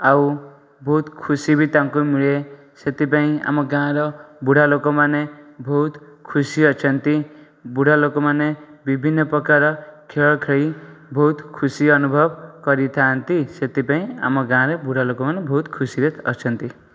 ଆଉ ବହୁତ ଖୁସି ବି ତାଙ୍କୁ ମିଳେ ସେଥିପାଇଁ ଆମ ଗାଁର ବୁଢ଼ାଲୋକମାନେ ବହୁତ ଖୁସି ଅଛନ୍ତି ବୁଢ଼ାଲୋକମାନେ ବିଭିନ୍ନପ୍ରକାର ଖେଳ ଖେଳି ବହୁତ ଖୁସି ଅନୁଭବ କରିଥାନ୍ତି ସେଥିପାଇଁ ଆମ ଗାଁର ବୁଢ଼ାଲୋକମାନେ ବହୁତ ଖୁସିରେ ଅଛନ୍ତି